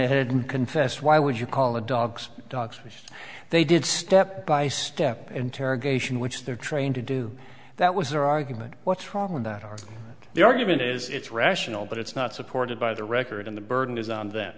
ahead and confessed why would you call the dogs dogs which they did step by step interrogation which they're trained to do that was their argument what's wrong with that are the argument is it's rational but it's not supported by the record in the burden is on them